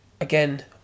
Again